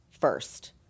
first